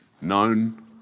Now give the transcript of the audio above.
known